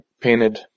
painted